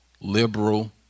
liberal